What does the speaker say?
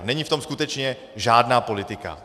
Není v tom skutečně žádná politika.